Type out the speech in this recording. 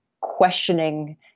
questioning